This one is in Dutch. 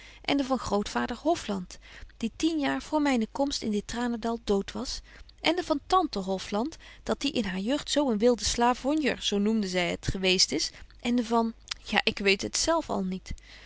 heb ende van grootvader hofland die tien jaar voor myne komst in dit tranendal dood was ende van tante hofland dat die in haar jeugd zo een wilde slavonjer zo noemde zy het geweest is ende van ja ik weet het zelf al niet